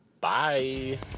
bye